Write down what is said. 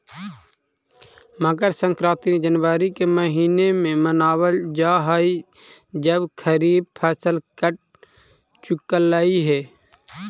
मकर संक्रांति जनवरी के महीने में मनावल जा हई जब खरीफ फसल कट चुकलई हे